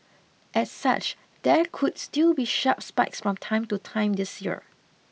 as such there could still be sharp spikes from time to time this year